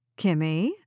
Kimmy